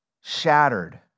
Shattered